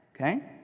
Okay